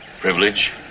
privilege